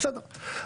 בסדר.